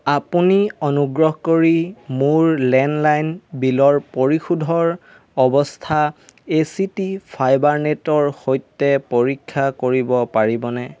আপুনি অনুগ্ৰহ কৰি মোৰ লেণ্ডলাইন বিলৰ পৰিশোধৰ অৱস্থা এ চি টি ফাইবাৰ নেটৰ সৈতে পৰীক্ষা কৰিব পাৰিবনে